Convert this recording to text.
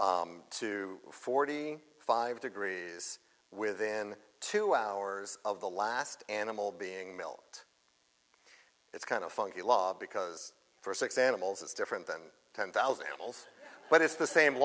milk to forty five degrees within two hours of the last animal being built it's kind of funky law because for six animals it's different than ten thousand animals but it's the same